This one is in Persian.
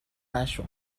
نشو